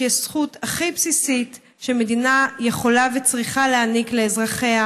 שהיא הזכות הכי בסיסית שמדינה שיכולה וצריכה להעניק לאזרחיה,